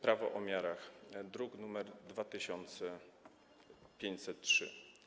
Prawo o miarach, druk nr 2503.